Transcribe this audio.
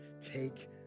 take